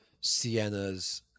Sienna's